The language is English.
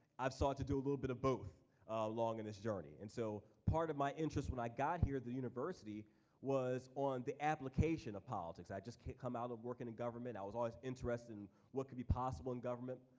i've sought to do a little bit of both along in this journey. and so part of my interest when i got here at the university was on the application of politics. i just come out of workin' in the government, i was always interested in what could be possible in government,